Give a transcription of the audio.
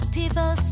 people